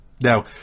now